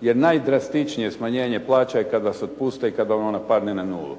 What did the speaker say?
jer najdrastičnije smanjenje plaća je kad vas otpuste i kad vam ona padne na nulu.